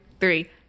three